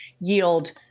yield